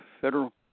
federal